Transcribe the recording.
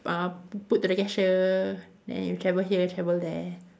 uh p~ put to the cashier then you travel here travel there